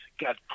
got